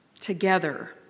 together